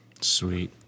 Sweet